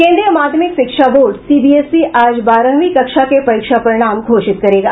केन्द्रीय माध्यमिक शिक्षा बोर्ड सीबीएसई आज बारहवीं कक्षा के परीक्षा परिणाम घोषित करेगा